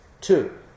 two